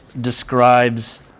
describes